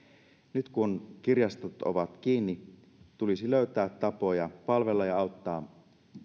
nyt kun kirjastot ovat kiinni tulisi löytää tapoja palvella ja auttaa